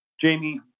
Jamie